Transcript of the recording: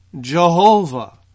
Jehovah